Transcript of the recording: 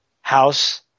house